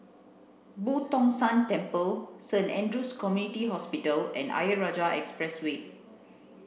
Boo Tong San Temple Saint Andrew's Community Hospital and Ayer Rajah Expressway